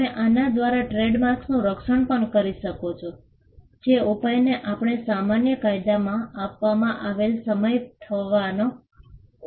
તમે આના દ્વારા ટ્રેડમાર્ક્સનું રક્ષણ પણ કરી શકો છો જે ઉપાયને આપણે સામાન્ય કાયદામાં આપવામાં આવેલ પસાર થવાનો ઉપાય કહીએ છે